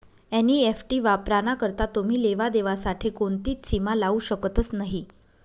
NEFT वापराना करता तुमी लेवा देवा साठे कोणतीच सीमा लावू शकतस नही